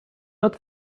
not